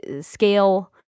scale